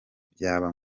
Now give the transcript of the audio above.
byaba